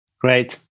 Great